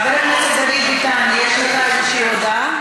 חבר הכנסת דוד ביטן, יש לך איזו הודעה?